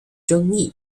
争议